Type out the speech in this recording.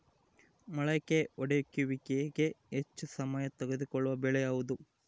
ಮೊಳಕೆ ಒಡೆಯುವಿಕೆಗೆ ಹೆಚ್ಚು ಸಮಯ ತೆಗೆದುಕೊಳ್ಳುವ ಬೆಳೆ ಯಾವುದು?